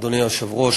אדוני היושב-ראש,